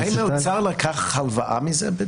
האם האוצר לקח הלוואה מזה?